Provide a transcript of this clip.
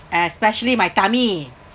especially my tummy